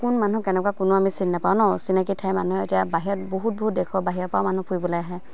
কোন মানুহ কেনেকুৱা কোনো আমি চিনি নাপাও ন অচিনাকি ঠাই মানুহ এতিয়া বাহিৰত বহুত বহুত দেশৰ বাহিৰৰ পৰা মানুহ ফুৰিবলৈ আহে